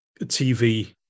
TV